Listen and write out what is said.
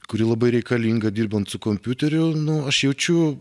kuri labai reikalinga dirbant su kompiuteriu nu aš jaučiu